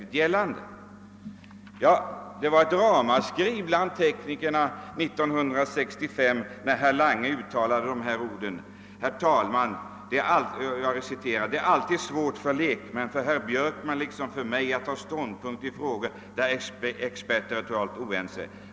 Det blev verkligen ett ramaskri bland våra tekniker 1965, då herr Lange uttalade följande ord i en debatt i riksdagen: »Herr talman! Det är alltid svårt för lekmän — för herr Björkman liksom för mig — att ta ståndpunkt i frågor där experter är totalt oense.